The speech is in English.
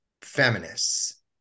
feminists